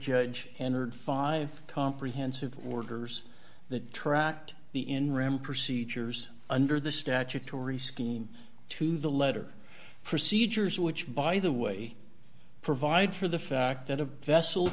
judge entered five comprehensive orders that tracked the in ram procedures under the statutory scheme to the letter procedures which by the way provide for the fact